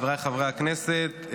חבריי חברי הכנסת,